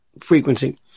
frequency